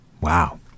wow